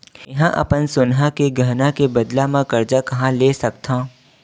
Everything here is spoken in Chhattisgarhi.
मेंहा अपन सोनहा के गहना के बदला मा कर्जा कहाँ ले सकथव?